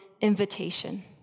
invitation